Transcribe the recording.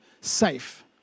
safe